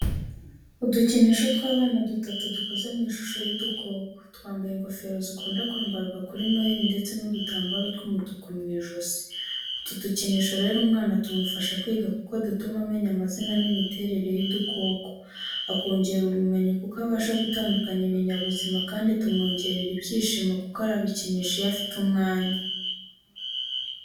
Udukinisho tw'abana dutatu dukoze mu ishusho y'udukoko, twambaye ingofero zikunda kwambarwa kuri Noheli ndetse n'udutambaro tw'umutuku mu ijosi. Utu dukinisho rero umwana tumufasha kwiga kuko dutuma amenya amazina n’imiterere y’udukoko, akongera ubumenyi kuko abasha gutandukanya ibinyabuzima kandi tumwongerera ibyishimo kuko arabikinisha iyo afite umwanya.